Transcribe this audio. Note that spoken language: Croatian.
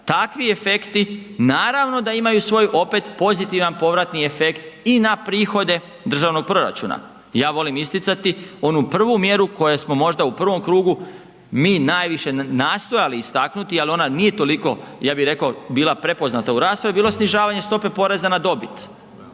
Takvi efekti naravno da imaju svoj opet pozitivan povratni efekt i na prihode državnog proračuna. Ja volim isticati onu prvu mjeru koju smo možda mi u prvom krugu mi najviše nastojali istaknuti, ali ona nije toliko ja bih rekao bila prepoznata u raspravi, bilo snižavanje stope poreza na dobit.